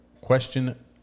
question